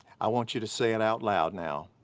i want you to say it out loud now.